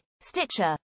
Stitcher